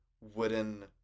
wooden